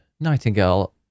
Nightingale